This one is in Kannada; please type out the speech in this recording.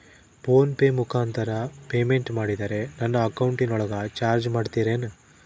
ಫೋನ್ ಪೆ ಮುಖಾಂತರ ಪೇಮೆಂಟ್ ಮಾಡಿದರೆ ನನ್ನ ಅಕೌಂಟಿನೊಳಗ ಚಾರ್ಜ್ ಮಾಡ್ತಿರೇನು?